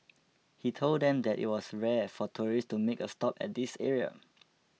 he told them that it was rare for tourists to make a stop at this area